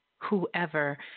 Whoever